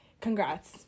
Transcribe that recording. congrats